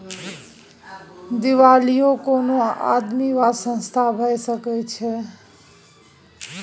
दिवालिया कोनो आदमी वा संस्था भए सकैत छै